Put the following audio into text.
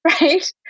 right